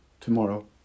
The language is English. Tomorrow